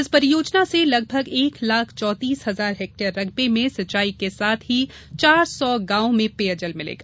इस परियोजना से लगभग एक लाख चौतीस हजार हेक्टेयर रकबे मे सिंचाई के साथ ही चार सौ ग्रामों में पेयजल मिलेगा